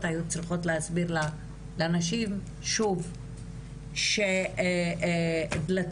אבל יש סעיף שאומר שאם יש בקשה שהוגשה במסגרת של אלימות